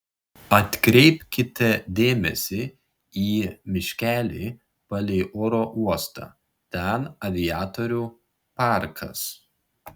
atkreipkite dėmesį į miškelį palei oro uostą ten aviatorių parkas